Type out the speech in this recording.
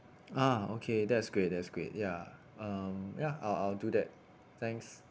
ah okay that's great that's great ya um ya I'll I'll do that thanks